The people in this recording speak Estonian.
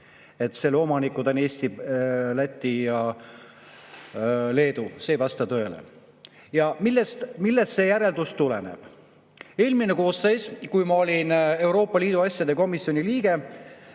Et selle omanikud on Eesti, Läti ja Leedu, ei vasta tõele. Ja millest see järeldus tuleneb? Eelmises koosseisus, kui ma olin Euroopa Liidu asjade komisjoni liige,